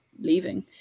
leaving